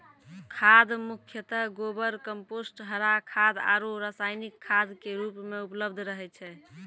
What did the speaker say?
खाद मुख्यतः गोबर, कंपोस्ट, हरा खाद आरो रासायनिक खाद के रूप मॅ उपलब्ध रहै छै